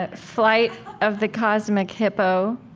ah flight of the cosmic hippo